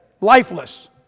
lifeless